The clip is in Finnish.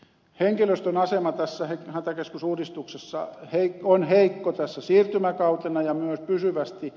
henkilöstön asema tässä hätäkeskusuudistuksessa on heikko tänä siirtymäkautena ja myös pysyvästi